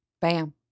Bam